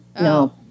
no